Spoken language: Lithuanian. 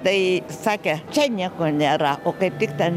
tai sakė čia nieko nėra o kaip tik ten